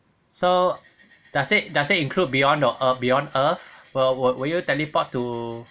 so does it does it include beyond your earth beyond earth will will you teleport to